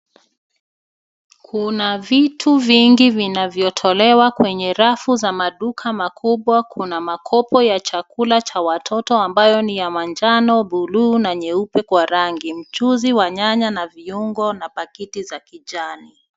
Kuna vitu vingi vinavyotolewa kwenye rafu za maduka makubwa; kuna makopo ya chakula cha watoto ambayo ni ya manjano, bluu na nyeupe kwa rangi. Mchuzi wa nyanya na viungo na pakiti za kijani.